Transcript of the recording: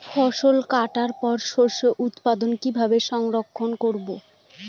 ফসল কাটার পর শস্য উৎপাদন কিভাবে সংরক্ষণ করবেন?